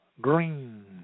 green